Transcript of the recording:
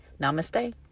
Namaste